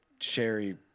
Sherry